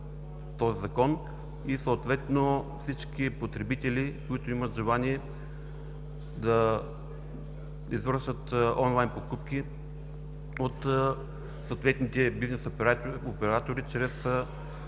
по този Закон и съответно всички потребители, които имат желание, да извършат онлайн покупки от съответните бизнес оператори чрез